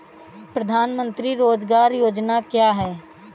प्रधानमंत्री रोज़गार योजना क्या है?